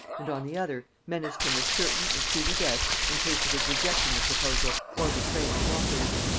and on the other menaced him with certain and speedy death in case of his rejecting the proposal or betraying its authors.